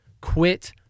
Quit